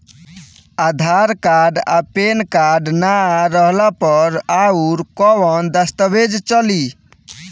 आधार card आ PAN card ना रहला पर अउरकवन दस्तावेज चली?